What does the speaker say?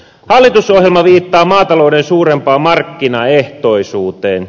hallitusohjelma viittaa maatalouden suurempaan markkinaehtoisuuteen